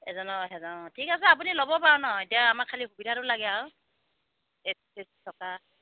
এজনৰ এহেজাৰ ঠিক আছে আপুনি ল'ব বাৰু ন এতিয়া আমাক খালী সুবিধাটো লাগে আৰু এচি চেচি থকা